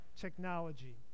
technology